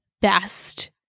best